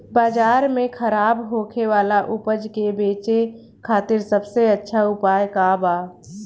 बाजार में खराब होखे वाला उपज के बेचे खातिर सबसे अच्छा उपाय का बा?